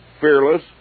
fearless